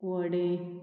व्हडें